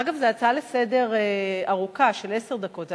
אגב, זו הצעה ארוכה לסדר-היום, של עשר דקות.